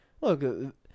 Look